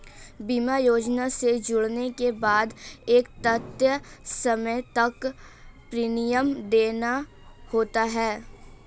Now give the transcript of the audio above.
बीमा योजना से जुड़ने के बाद एक तय समय तक प्रीमियम देना होता है